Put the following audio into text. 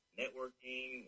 networking